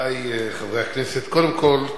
רבותי חברי הכנסת, קודם כול,